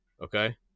Okay